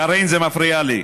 קארין, זה מפריע לי.